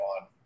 on